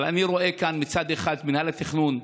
אבל אני רואה כאן שמצד אחד מינהל התכנון,